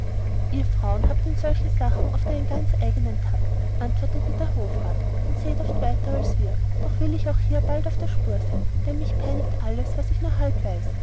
ihr frauen habt in solchen sachen oft einen ganz eigenen takt antwortete der hofrat und sehet oft weiter als wir doch will ich auch hier bald auf der spur sein denn mich peinigt alles was ich nur halb weiß